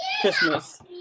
Christmas